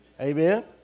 Amen